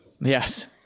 Yes